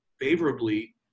favorably